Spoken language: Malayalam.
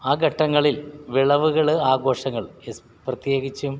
ആ ഘട്ടങ്ങളിൽ വിളവുകൾ ആഘോഷങ്ങൾ യസ് പ്രത്യേകിച്ചും